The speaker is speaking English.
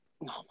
No